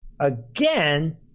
Again